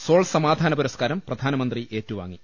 soul സമാധാന പുരസ്കാരം പ്രധാനമന്ത്രി ഏറ്റുവാങ്ങി